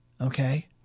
okay